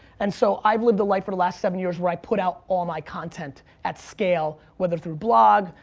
and so i've lived a life for the last seven years where i put out all my content at scale, whether through blogs,